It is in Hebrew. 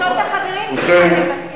תשאל את החברים שלך אם הם מסכימים.